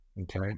okay